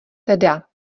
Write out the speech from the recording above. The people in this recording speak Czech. teda